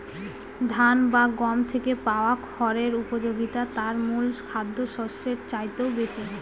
ধান বা গম থেকে পাওয়া খড়ের উপযোগিতা তার মূল খাদ্যশস্যের চাইতেও বেশি